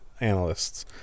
analysts